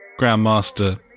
Grandmaster